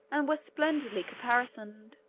and were splendidly caparisoned.